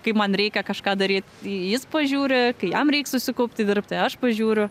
kai man reikia kažką daryt jis pažiūri kai jam reik susikaupti dirbti aš pažiūriu